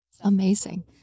Amazing